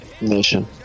Nation